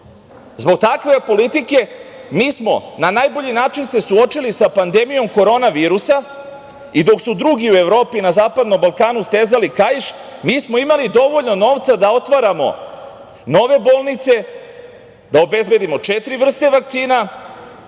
10%.Zbog takve politike, mi smo se na najbolji način suočili sa pandemijom korona virusa i dok su drugi u Evropi i na Zapadnom Balkanu stezali kaiš, mi smo imali dovoljno novca da otvaramo nove bolnice, da obezbedimo četiri vrste vakcina,